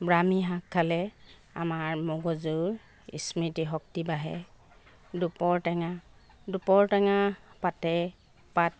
ব্ৰাহ্মী শাক খালে আমাৰ মগজুৰ স্মৃতিশক্তি বাঢ়ে দুপৰ টেঙা দুপৰ টেঙাৰ পাতে পাত